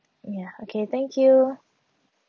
ya okay thank you